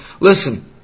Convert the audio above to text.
Listen